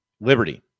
Liberty